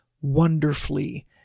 wonderfully